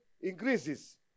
increases